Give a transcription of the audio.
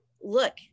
look